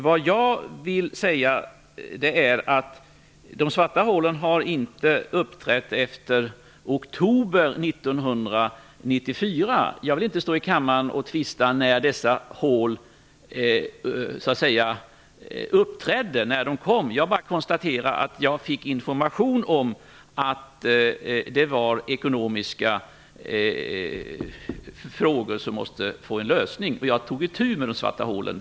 Vad jag vill säga är att det har inte uppträtt några svarta hål efter oktober 1994. Jag vill inte stå här och tvista om när de svarta hålen så att säga uppträdde. Jag bara konstaterar att jag fick information om att det var ekonomiska frågor som måste lösas, och jag tog itu med de svarta hålen.